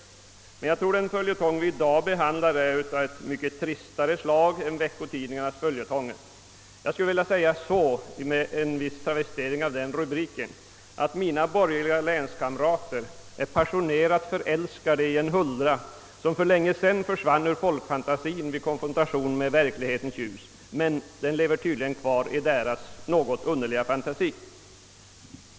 Jag tror att den följetong vi i dag behandlar är av ett mycket tristare slag än veckotidningarnas. Med en viss travestering skulle jag vilja säga att mina borgerliga länskamrater är passionerat förälskade i en huldra som för länge sen försvann ur folkfantasien vid konfrontation med verklighetens ljus. Hon lever dock tydligen kvar i deras något underliga fantasi.